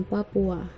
Papua